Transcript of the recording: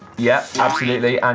yep, absolutely. and